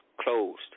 closed